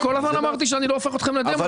אבל אני כל הזמן אמרתי שאני לא הופך אתכם לדמון